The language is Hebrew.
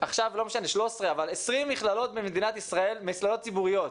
20 מכללות במדינת ישראל, מכללות ציבוריות.